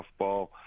Softball